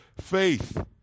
faith